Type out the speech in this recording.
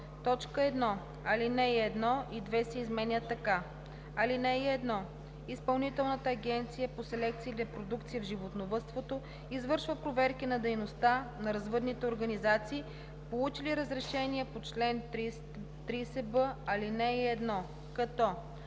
1. Алинеи 1 и 2 се изменят така: „(1) Изпълнителната агенция по селекция и репродукция в животновъдството извършва проверки на дейността на развъдните организации, получили разрешение по чл. 30б, ал. 1, като: